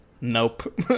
nope